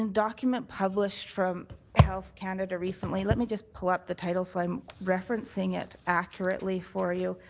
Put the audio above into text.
and document published from health canada recently let me just pull up the title so i'm referencing it accurately for you.